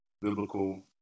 Biblical